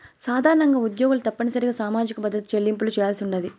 సాధారణంగా ఉద్యోగులు తప్పనిసరిగా సామాజిక భద్రత చెల్లింపులు చేయాల్సుండాది